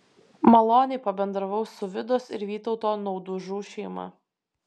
maloniai pabendravau su vidos ir vytauto naudužų šeima